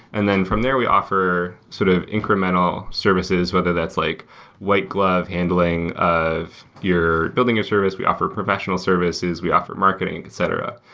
and then from there we offer sort of incremental services, whether that's like white glove handling of your building your service. we offer professional services. we offer marketing, etc.